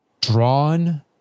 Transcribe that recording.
Drawn